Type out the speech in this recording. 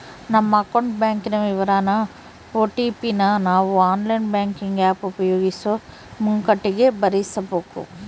ನಮ್ಮ ಅಕೌಂಟ್ ಬ್ಯಾಂಕಿನ ವಿವರಾನ ಓ.ಟಿ.ಪಿ ನ ನಾವು ಆನ್ಲೈನ್ ಬ್ಯಾಂಕಿಂಗ್ ಆಪ್ ಉಪಯೋಗಿಸೋ ಮುಂಕಟಿಗೆ ಭರಿಸಬಕು